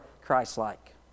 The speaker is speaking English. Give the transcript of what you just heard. Christ-like